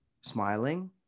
Smiling